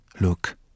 Look